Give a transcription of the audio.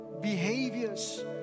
behaviors